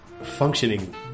functioning